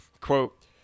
quote